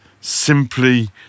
simply